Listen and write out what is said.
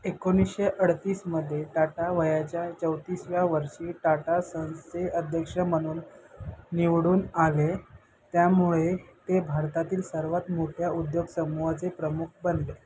एकोणीसशे अडतीसमध्ये टाटा वयाच्या चौतीसाव्या वर्षी टाटा सन्सचे अध्यक्ष म्हणून निवडून आले त्यामुळे ते भारतातील सर्वात मोठ्या उद्योगसमूहाचे प्रमुख बनले